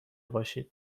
باشی